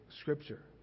scripture